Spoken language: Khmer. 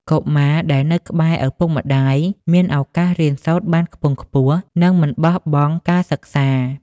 កុមារដែលនៅក្បែរឪពុកម្ដាយមានឱកាសរៀនសូត្របានខ្ពង់ខ្ពស់ និងមិនបោះបង់ការសិក្សា។